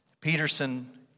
Peterson